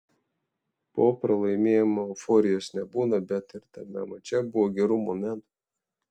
po pralaimėjimo euforijos nebūna bet ir tame mače buvo gerų momentų